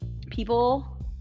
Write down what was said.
people